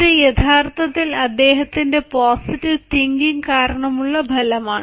ഇത് യഥാർത്ഥത്തിൽ അദ്ദേഹത്തിന്റെ പോസിറ്റീവ് തിങ്കിംഗ് കാരണമുള്ള ഫലമാണ്